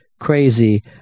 crazy